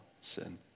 sin